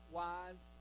wise